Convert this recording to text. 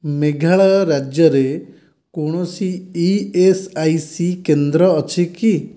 ମେଘାଳୟ ରାଜ୍ୟରେ କୌଣସି ଇଏସ୍ଆଇସି କେନ୍ଦ୍ର ଅଛି କି